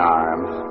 arms